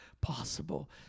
possible